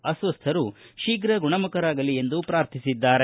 ಅಸ್ವಸ್ಥರು ಶೀಘ ಗುಣಮುಖರಾಗಲಿ ಎಂದು ಪಾರ್ಥಿಸಿದ್ದಾರೆ